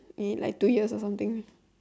eh like two years or something